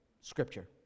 Scripture